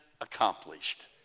accomplished